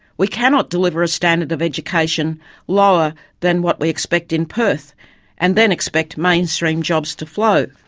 we cannot deliver a standard of education lower than what we expect in perth and then expect mainstream jobs to flow.